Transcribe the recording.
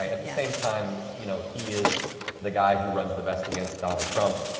at the same time, you know he is the guy who runs the best against donald trump.